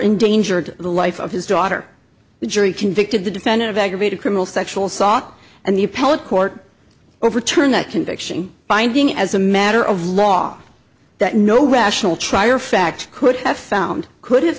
endangered the life of his daughter the jury convicted the defendant of aggravated criminal sexual saw and the appellate court overturned that conviction finding as a matter of law that no rational trier of fact could have found could